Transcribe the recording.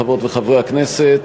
חברות וחברי הכנסת,